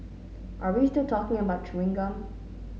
are we still talking about chewing gum